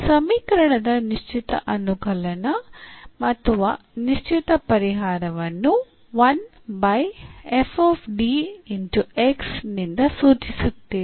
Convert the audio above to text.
ಈ ಸಮೀಕರಣದ ನಿಶ್ಚಿತ ಅನುಕಲನ ಅಥವಾ ನಿಶ್ಚಿತ ಪರಿಹಾರವನ್ನು ನಿಂದ ಸೂಚಿಸುತ್ತೇವೆ